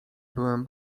byłem